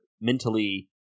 mentally